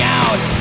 out